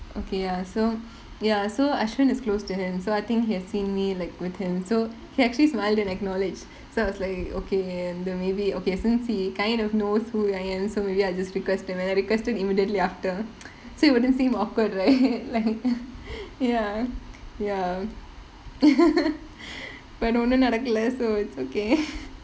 okay ya so ya so ashwin is close to him so I think he has seen me like with him so he actually smiled and acknowledged so I was like okay and the~ maybe okay so he kind of knows who I am so maybe I'll just request and I requested immediately after so it wouldn't seem awkward right ya ya but ஒன்னும் நடக்கல:onnum nadakkala so it's okay